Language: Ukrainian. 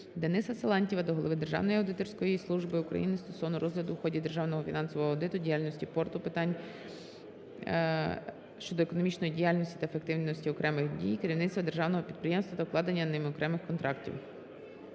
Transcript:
Дениса Силаньєва до голови Державної аудиторської служби України стосовно розгляду, у ході державного фінансового аудиту діяльності Порту, питань щодо економічної діяльності та ефективності окремих дій керівництва державного підприємства та укладення ним окремих контрактів.